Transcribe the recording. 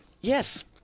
Yes